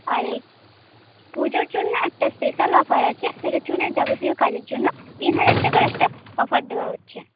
আর এই পুজোর জন্য একটা স্পেশাল অফার আছে সেটা চুলে যাবতীয় কাজের জন্য তিন হাজার টাকার একটা অফার দেওয়া হচ্ছে